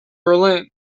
berlin